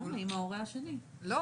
זו ההבהרה שעשינו בנוסח, זו הכוונה שלנו.